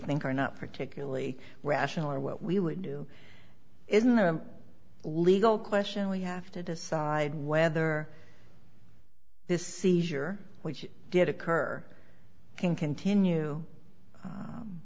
think are not particularly rational or what we would do isn't a legal question we have to decide whether this seizure which did occur can continue